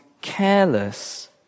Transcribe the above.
careless